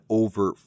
over